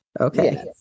Okay